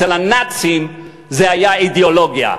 אצל הנאצים זאת הייתה אידיאולוגיה,